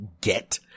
get